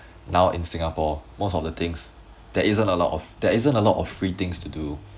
now in singapore most of the things there isn't a lot of there isn't a lot of free things to do